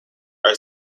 are